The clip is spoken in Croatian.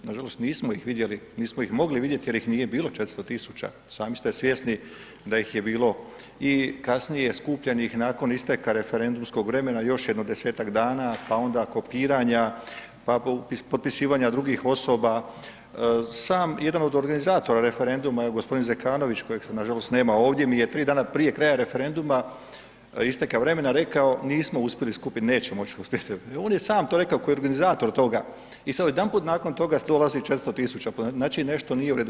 Nažalost, nismo ih vidjeli, nismo ih mogli vidjeti jer ih nije bilo 400 000, sami ste svjesni da ih je bilo i kasnije skupljenih nakon isteka referendumskog vremena još jedno 10-tak dana, pa onda kopiranja, pa potpisivanja drugih osoba, sam, jedan od organizatora referenduma, evo g. Zekanović, kojeg sad nažalost, nema ovdje, mi je 3 dana prije kraja referenduma isteka vremena rekao nismo uspjeli skupit, nećemo moć uspjet, on je sam to rekao koji je organizator toga i sad odjedanput nakon toga dolazi 400 000, znači, nešto nije u redu.